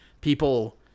People